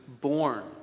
born